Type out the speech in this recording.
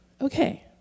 okay